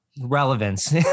relevance